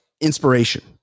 inspiration